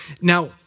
Now